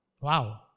wow